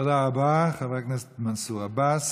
תודה רבה, חבר הכנסת מנסור עבאס.